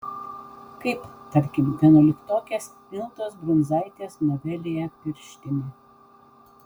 kaip tarkim vienuoliktokės mildos brunzaitės novelėje pirštinė